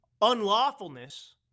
unlawfulness